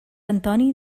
antoni